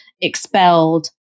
expelled